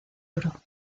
oro